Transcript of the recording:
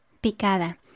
Picada